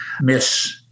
miss